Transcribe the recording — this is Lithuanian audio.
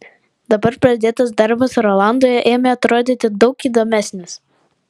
dabar pradėtas darbas rolandui ėmė atrodyti daug įdomesnis